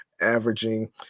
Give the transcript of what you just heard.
averaging